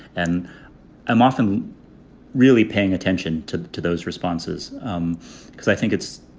and i'm often really paying attention to to those responses um because i think it's